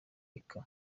rica